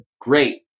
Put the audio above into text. great